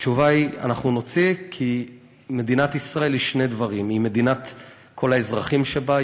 אנחנו נוציא כי מדינת ישראל היא שני דברים: היא מדינת כל האזרחים שבה,